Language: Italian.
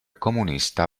comunista